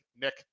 Nick